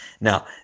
Now